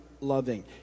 loving